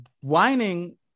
whining